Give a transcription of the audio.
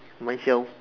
myself